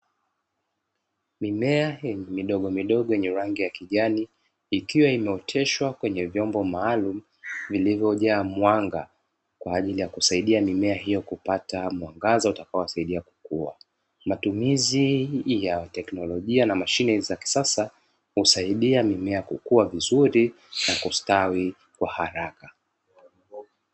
Mimea midogomidogo yenye rangi ya kijani ikiwa imeoteshwa kwenye vyombo maalumu vilivyojaa mwanga kwa ajili ya kusaidia mimea hiyo kupata mwangaza utakao wasaidia kukuwa, matumizi ya teknolojia na mashine za kisasa husaidia mimea kukuwa vizuri na kustawi kwa haraka.